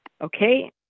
Okay